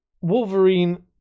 Wolverine